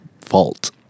Fault